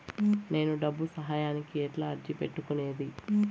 నేను డబ్బు సహాయానికి ఎట్లా అర్జీ పెట్టుకునేది?